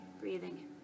breathing